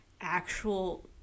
actual